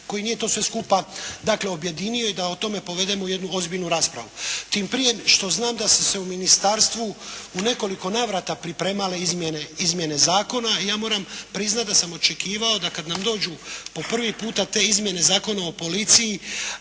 koji nije to sve skupa dakle objedinio i da o tome povedemo jednu ozbiljnu raspravu. Tim prije što znam da su se u ministarstvu u nekoliko navrata pripremale izmjene zakona. Ja moram priznati da sam očekivao da kad nam dođu po prvi puta te izmjene Zakona o policiji